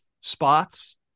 spots